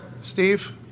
Steve